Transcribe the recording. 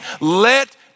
Let